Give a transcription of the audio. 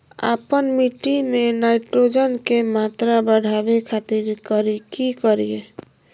आपन मिट्टी में नाइट्रोजन के मात्रा बढ़ावे खातिर की करिय?